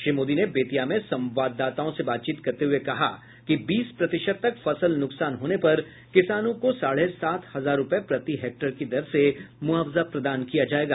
श्री मोदी ने बेतिया में संवाददाताओं से बातचीत करते हुए कहा कि बीस प्रतिशत तक फसल नुकसान होने पर किसानों को साढ़े सात हजार रूपये प्रति हेक्टेयर की दर से मुआवजा प्रदान किया जायेगा